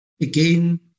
Again